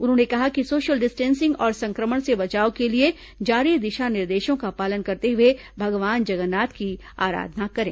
उन्होंने कहा कि सोशल डिस्टेंसिंग और संक्रमण से बचाव के लिए जारी दिशा निर्देशों का पालन करते हुए भगवान जगन्नाथ की आराधना करें